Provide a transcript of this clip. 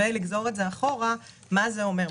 ולגזור מזה אחורה מה זה אומר,